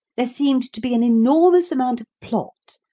there seemed to be an enormous amount of plot,